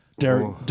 Derek